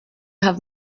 have